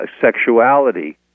sexuality